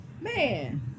Man